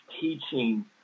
teaching